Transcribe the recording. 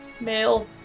male